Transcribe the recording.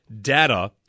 data